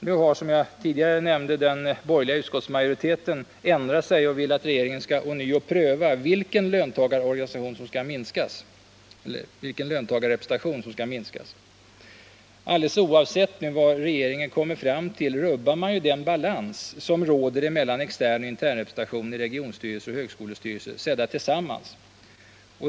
Nu har, som jag nämnde tidigare, den borgerliga utskottsmajoriteten ändrat sig och vill att regeringen ånyo skall pröva vilken löntagrrepresentation som skall minskas. Alldeles oavsett vad regeringen kommer fram till, rubbar man den balans som råder mellan externoch internrepresentation i regionstyrelser och högskolestyrelser, sedda tillsammans.